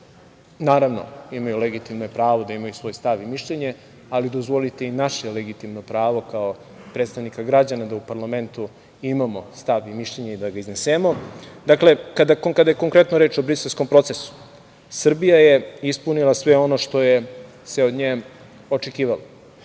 naravno imaju legitimno pravo da imaju svoj stav i mišljenje ali dozvolite im naše legitimno pravo kao predstavnika građana da u parlamentu imamo stav i mišljenje da ga iznesemo. Dakle, kada je konkretno reč o Briselskom procesu Srbija je ispunila sve ono što se od nje očekivalo.